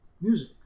music